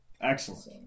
Excellent